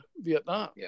Vietnam